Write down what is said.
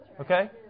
Okay